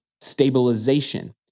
stabilization